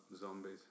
zombies